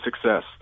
success